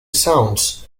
sounds